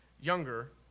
younger